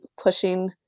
pushing